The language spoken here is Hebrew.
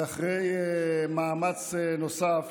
ואחרי מאמץ נוסף